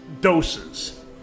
doses